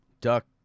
Duck